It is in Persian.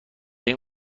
این